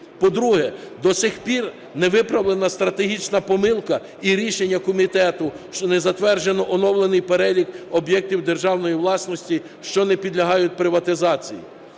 По-друге, до сих пір не виправлена стратегічна помилка і рішення комітету, що не затверджено оновлений перелік об'єктів державної власності, що не підлягають приватизації.